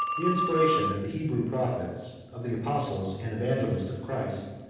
the inspiration of the hebrew prophets, of the apostles and evangelists of christ,